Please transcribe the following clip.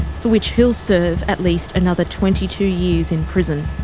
for which he'll serve at least another twenty two years in prison.